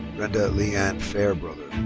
brenda liane fairbrother.